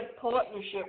Partnership